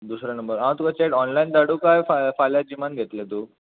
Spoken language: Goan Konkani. दुसरें नंबर हांव तुका चॅट ऑनलायन धाडूं काय फाल्यां जिमान घेतलें तूं